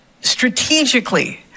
strategically